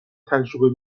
تجربه